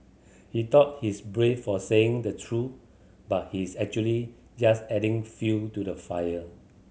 he thought he's brave for saying the truth but he's actually just adding fuel to the fire